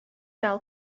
ddal